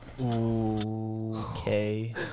Okay